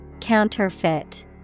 Counterfeit